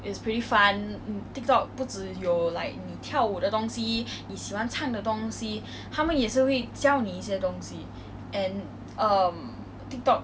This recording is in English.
mm um I actually haven't really start on Tiktok but 我有看到他在其他的 social media 出现